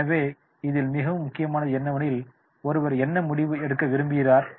எனவே இதில் மிகவும் முக்கியமானது என்னவெனில் ஒருவர் என்ன முடிவு எடுக்க விரும்புகிறார்